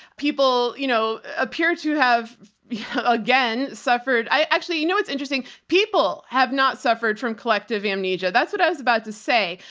people you know appear to have again suffered. i actually, you know, what's interesting, people have not suffered from collective amnesia. that's what i was about to say.